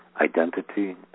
identity